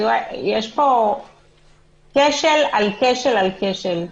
יש פה כשל על כשל על כשל.